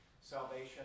salvation